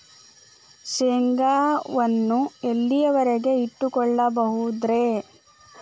ಶೇಂಗಾವನ್ನು ಎಲ್ಲಿಯವರೆಗೂ ಇಟ್ಟು ಕೊಳ್ಳಬಹುದು ರೇ?